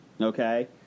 okay